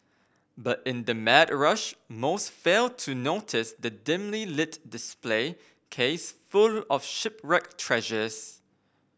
but in the mad rush most fail to notice the dimly lit display case full of shipwreck treasures